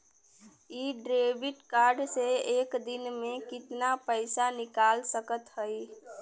इ debit card से एक दिन मे कितना पैसा निकाल सकत हई?